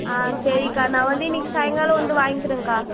ஆ சரிக்கா நான் வந்து இன்றைக்கி சாயங்காலம் வந்து வாங்கிக்கிறேன்க்கா